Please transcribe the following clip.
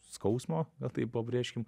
skausmo tai pabrėžkim